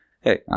hey